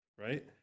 Right